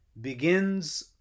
begins